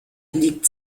liegt